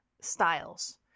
styles